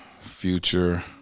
Future